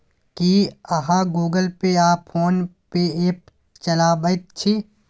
की अहाँ Google Pay आ PhonePe app चलाबैत छी?